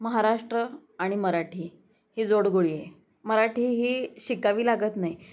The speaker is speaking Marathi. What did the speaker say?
महाराष्ट्र आणि मराठी ही जोडगोळी आहे मराठी ही शिकावी लागत नाही